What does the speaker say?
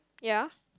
ya